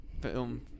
film